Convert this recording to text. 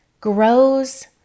grows